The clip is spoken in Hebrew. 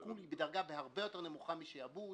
עיקול הוא בדרגה הרבה יותר נמוכה משעבוד,